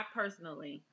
personally